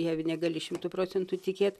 ja negali šimtu procentų tikėt